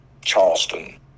Charleston